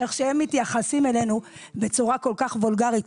איך שהם מתייחסים אלינו בצורה כל כך ווולגרית.